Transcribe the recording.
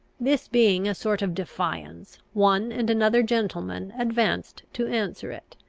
this being a sort of defiance, one and another gentleman advanced to answer it.